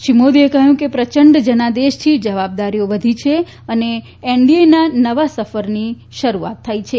શ્રી મોદીએ કહ્યું કે પ્રચંડ જનાદેશથી જવાબદારીઓ વધી છે અને એનડીએની નવા સફરની શરૂઆત થઈ છે